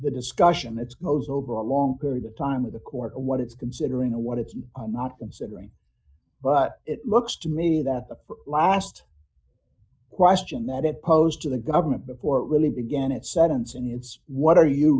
the discussion that's goes over a long period of time with the court what it's considering what it's not considering but it looks to me that the last question that it posed to the government before it really began its sense and it's what are you